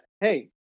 Hey